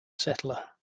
settler